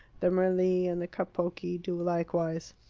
the merli and the capocchi, do likewise.